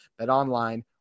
BetOnline